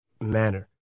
manner